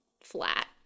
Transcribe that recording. flat